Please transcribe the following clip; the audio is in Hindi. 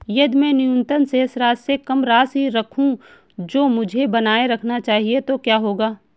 यदि मैं न्यूनतम शेष राशि से कम राशि रखूं जो मुझे बनाए रखना चाहिए तो क्या होगा?